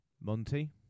Monty